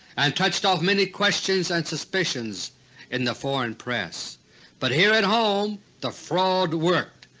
and touched off many questions and suspicions in the foreign press but here at home the fraud worked,